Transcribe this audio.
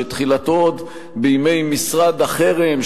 שתחילתו עוד בימי משרד החרם,